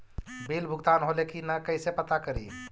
Bill भुगतान होले की न कैसे पता करी?